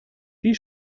wie